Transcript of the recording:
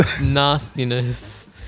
nastiness